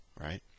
right